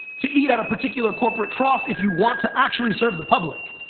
to eat at a particular corporate trough if you want to actually serve the public.